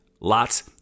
lots